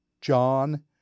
John